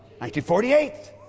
1948